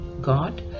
God